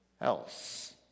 else